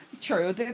True